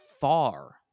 far